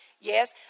Yes